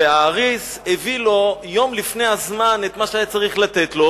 והאריס הביא לו יום לפני הזמן את מה שהיה צריך לתת לו,